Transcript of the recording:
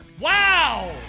Wow